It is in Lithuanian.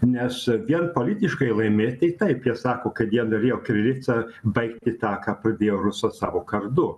nes vien politiškai laimėt tai taip jie sako kad jie galėjo kirilica baigti tą ką pradėjo rusas savo kardu